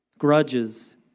grudges